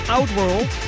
Outworld